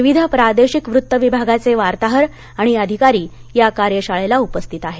विविध प्रादेशिक वृत्त विभागाचे वार्ताहर आणि अधिकारी या कार्यशाळेला उपस्थित आहेत